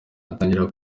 atangira